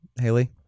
Haley